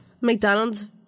McDonald's